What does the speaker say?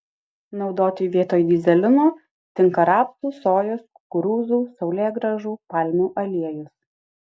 naudoti vietoj dyzelino tinka rapsų sojos kukurūzų saulėgrąžų palmių aliejus